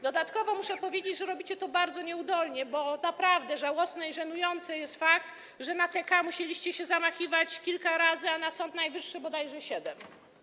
Dodatkowo muszę powiedzieć, że robicie to bardzo nieudolnie, bo naprawdę żałosny i żenujący jest fakt, że na TK musieliście przeprowadzać zamach kilka razy, a na Sąd Najwyższy - bodajże siedem.